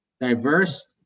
Diverse